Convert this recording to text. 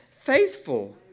faithful